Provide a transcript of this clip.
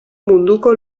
munduko